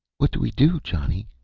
what do we do, johnny?